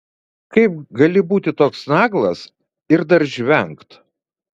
kaip gali būti toks naglas ir dar žvengt